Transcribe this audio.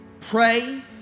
Pray